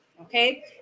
okay